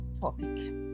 topic